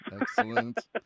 Excellent